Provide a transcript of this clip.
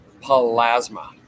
Plasma